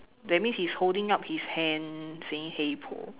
that means he's holding up his hand saying hey Paul